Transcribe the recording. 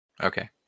Okay